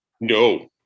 No